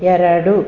ಎರಡು